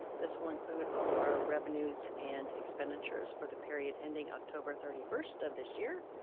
this will include all of our revenues and expenditures for the period ending october thirty first of this year.